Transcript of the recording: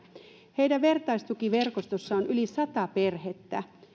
heidän vertaistukiverkostossaan on yli sata perhettä